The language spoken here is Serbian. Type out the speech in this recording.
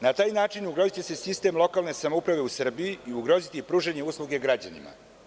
Na taj način, ugroziće se sistem lokalnih samouprava u Srbiji i ugroziti pružanje usluga građanima.